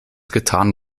getan